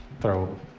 Throw